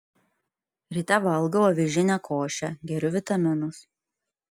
ryte valgau avižinę košę geriu vitaminus